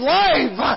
life